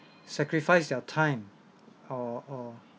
sacrifice their time or or